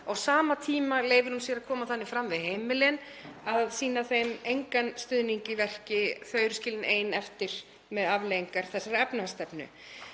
Á sama tíma leyfir hún sér að koma þannig fram við heimilin að sýna þeim engan stuðning í verki. Þau eru skilin ein eftir með afleiðingar þessarar efnahagsstefnu.